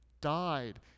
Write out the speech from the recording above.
died